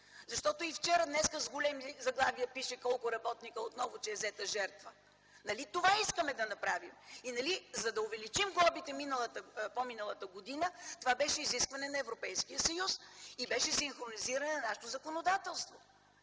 Защото и вчера, и днес с големи заглавия пише, че отново е взета жертва. Нали това искаме да направим? И за да увеличим глобите по-миналата година, това беше изискване на Европейския съюз, и беше синхронизиране на нашето законодателство.